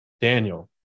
Daniel